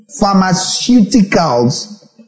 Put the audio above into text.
pharmaceuticals